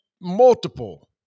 multiple